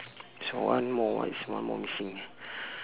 so one more one's one more missing